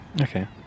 Okay